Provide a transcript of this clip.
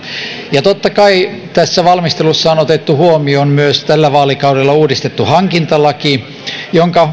ja totta kai tässä valmistelussa on otettu huomioon myös tällä vaalikaudella uudistettu hankintalaki jonka